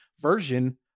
version